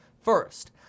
First